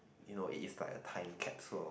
you know it is like a time capsule